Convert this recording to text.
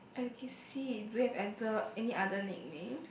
I can see do you have other any other nicknames